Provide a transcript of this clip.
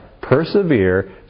persevere